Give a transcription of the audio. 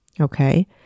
Okay